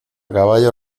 caballo